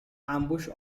ambush